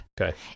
Okay